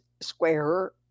square